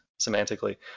semantically